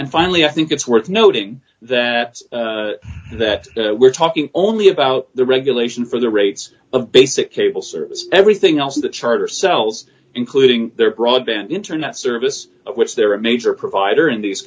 and finally i think it's worth noting that that we're talking only about the regulation for the rates of basic cable service everything else that charter sells including their broadband internet service which there are major provider in